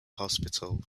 hospital